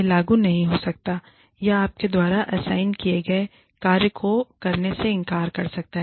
यह लागू नहीं हो सकता है या आपके द्वारा असाइन किए गए कार्य को करने से इनकार कर सकता है